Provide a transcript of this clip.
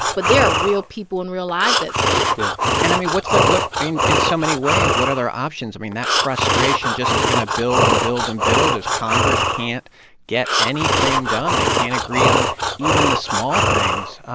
but there are real people and real lives at stake yeah and, i mean, what's their in in so many ways, what are their options? i mean, that frustration just is going to build and build and build as congress can't get anything done. they can't agree on even the small things.